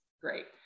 great